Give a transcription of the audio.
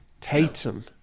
Tatum